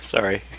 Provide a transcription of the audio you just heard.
Sorry